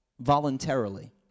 voluntarily